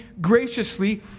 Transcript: Graciously